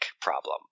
problem